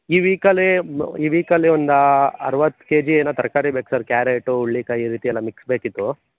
ಈ ವೀಕಲ್ಲಿ ಈ ವೀಕಲ್ಲಿ ಒಂದು ಅರವತ್ತು ಕೆಜಿ ಏನೋ ತರಕಾರಿ ಬೇಕು ಸರ್ ಕ್ಯಾರೆಟು ಹುಳ್ಳಿಕಾಯಿ ಈ ರೀತಿಯೆಲ್ಲಾ ಮಿಕ್ಸ್ ಬೇಕಿತ್ತು